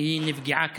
נפגעה קשה.